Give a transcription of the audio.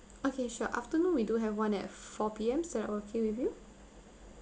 okay sure afternoon we do have one at four P_M is that okay with you